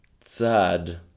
sad